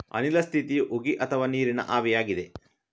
ಅನಿಲ ಸ್ಥಿತಿಯು ಉಗಿ ಅಥವಾ ನೀರಿನ ಆವಿಯಾಗಿದೆ